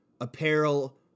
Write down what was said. apparel